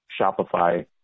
Shopify